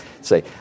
say